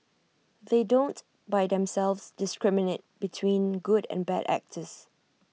they don't by themselves discriminate between good and bad actors